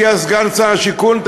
הגיע סגן שר הבינוי והשיכון.